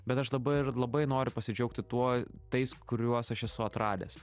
bet aš dabar labai noriu pasidžiaugti tuo tais kuriuos aš esu atradęs